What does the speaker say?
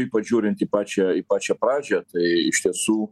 ypač žiūrint į pačią į pačią pradžią tai iš tiesų